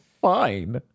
fine